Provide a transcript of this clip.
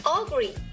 agree